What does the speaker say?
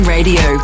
Radio